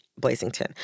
Blazington